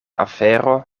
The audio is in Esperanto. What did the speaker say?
afero